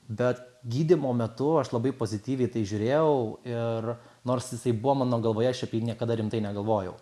bet gydymo metu aš labai pozityviai į tai žiūrėjau ir nors jisai buvo mano galvoje aš apie jį niekada rimtai negalvojau